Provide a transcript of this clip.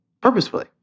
purposefully